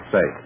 Say